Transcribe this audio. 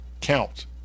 count